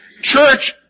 Church